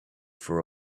for